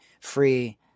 free